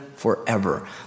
Forever